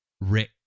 Rick